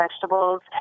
vegetables